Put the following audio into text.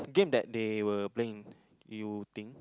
game that they were playing you think